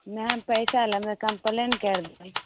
नहि हम पैसा लेबै कम्पलेन करि देबनि